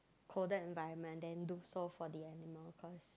colder environment then look so for the animal cause